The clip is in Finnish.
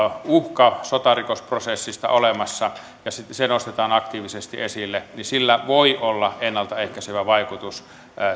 uhka sotarikosprosessista olemassa ja se nostetaan aktiivisesti esille voi olla ennalta ehkäisevä vaikutus